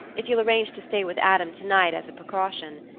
if you'll arrange to stay with adam to-night, as a precaution.